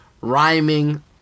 rhyming